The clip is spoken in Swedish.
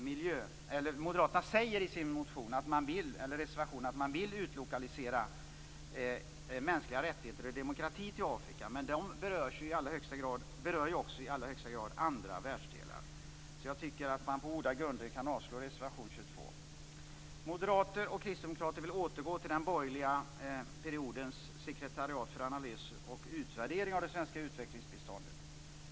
Moderaterna säger i sin reservation att man vill utlokalisera arbetet med mänskliga rättigheter och demokrati till Afrika. Men de frågorna berör i allra högsta grad också andra världsdelar. Det går att på goda grunder avslå reservation 22. Moderater och kristdemokrater vill återgå till den borgerliga periodens Sekretariat för analys och utvärdering av det svenska utvecklingsbiståndet.